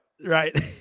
Right